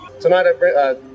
Tonight